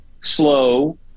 slow